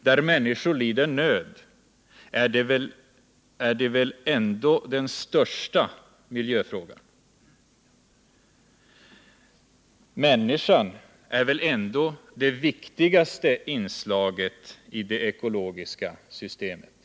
Där människor lider nöd, är väl nöden ändå den största miljöfrågan? Människan är väl ändå det viktigaste inslaget i det ekologiska Nr 135 systemet?